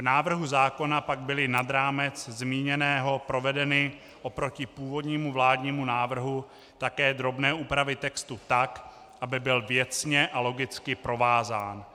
V návrhu zákona pak byly nad rámec zmíněného provedeny oproti původnímu vládnímu návrhu také drobné úpravy textu, tak aby byl věcně a logicky provázán.